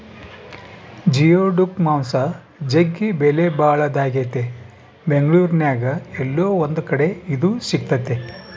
geoduck ಮಾಂಸ ಜಗ್ಗಿ ಬೆಲೆಬಾಳದಾಗೆತೆ ಬೆಂಗಳೂರಿನ್ಯಾಗ ಏಲ್ಲೊ ಒಂದು ಕಡೆ ಇದು ಸಿಕ್ತತೆ